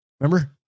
remember